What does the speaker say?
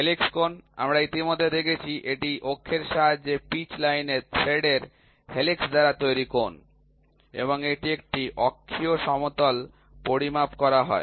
helix কোণ আমরা ইতিমধ্যে দেখেছি এটি অক্ষের সাহায্যে পিচ লাইনে থ্রেডের হেলিক্স দ্বারা তৈরি কোণ এবং এটি একটি অক্ষীয় সমতল পরিমাপ করা হয়